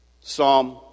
Psalm